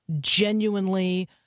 genuinely